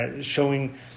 Showing